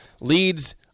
leads